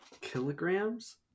Kilograms